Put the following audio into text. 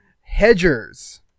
Hedgers